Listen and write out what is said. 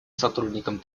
сотрудникам